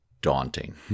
daunting